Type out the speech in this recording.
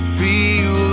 feel